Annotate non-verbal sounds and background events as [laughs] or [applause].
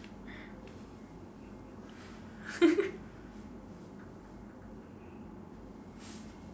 [laughs]